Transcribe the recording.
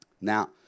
Now